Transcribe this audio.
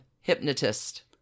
hypnotist